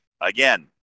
again